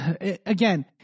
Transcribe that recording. again